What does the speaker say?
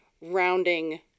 rounding